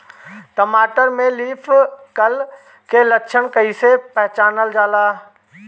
टमाटर में leaf curl के लक्षण कइसे पहचानल जाला?